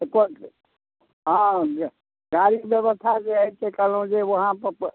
से कऽ देब हँ जे गाड़ीके बेबस्था जे अइ से कहलहुँ जे वहाँपर तऽ